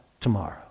tomorrow